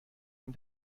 این